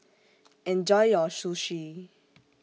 Enjoy your Sushi